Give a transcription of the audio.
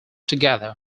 together